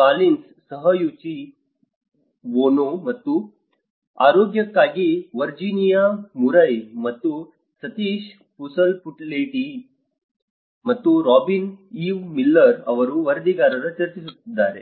Collins ಸಹ Yuichi Ono ಮತ್ತು ಆರೋಗ್ಯಕ್ಕಾಗಿ ವರ್ಜೀನಿಯಾ ಮುರ್ರೆ ಮತ್ತು ಸತೀಶ್ ಪಸುಪುಲೆಟಿ ಮತ್ತು ರಾಬಿನ್ ಈವ್ ಮಿಲ್ಲರ್ ಅವರ ವರದಿಗಾರರು ಚರ್ಚಿಸಿದ್ದಾರೆ